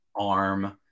arm